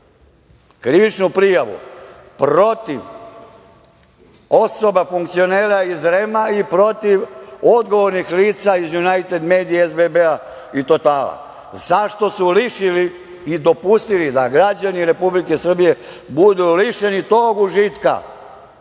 krivičnu prijavu protiv osoba funkcionera iz REM-a i protiv odgovornih lica iz „Junajted medije“, „SBB-a“ i „Totala“ zato što su lišili i dopustili da građani Republike Srbije budu lišeni tog užitka,